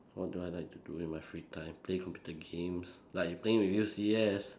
what do I like to do with my free time play computer games like playing with you C_S